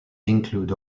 include